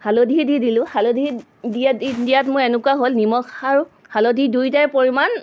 হালধি দি দিলোঁ হালধি দিয়াত দিয়াত মোৰ এনেকুৱা হ'ল নিমখ আৰু হালধিৰ দুয়োটাৰে পৰিমাণ